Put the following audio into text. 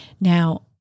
Now